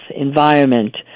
environment